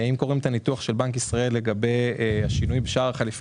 אם קוראים את הניתוח של בנק ישראל לגבי השינוי בשער החליפין